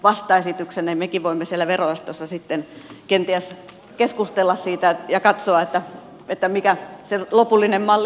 mekin voimme siellä verojaostossa sitten kenties keskustella siitä ja katsoa mikä se lopullinen malli on